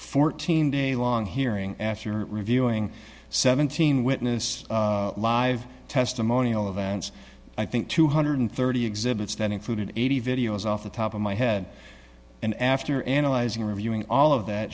fourteen day long hearing after reviewing seventeen witness live testimonial events i think two hundred and thirty exhibits that included eighty videos off the top of my head and after analyzing reviewing all of that